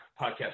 podcast